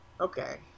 okay